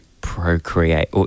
procreate